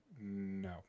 no